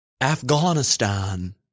Afghanistan